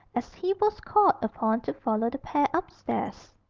as he was called upon to follow the pair upstairs.